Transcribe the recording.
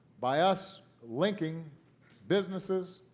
by us linking businesses,